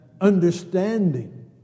understanding